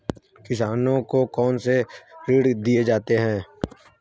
किसानों को कौन से ऋण दिए जाते हैं?